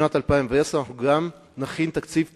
שבשנת 2010 גם נכין תקציב תלת-שנתי,